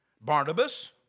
Barnabas